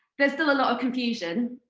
there's still a lot of confusion,